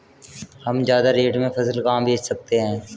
हम ज्यादा रेट में फसल कहाँ बेच सकते हैं?